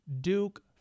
Duke